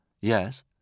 Yes